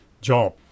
job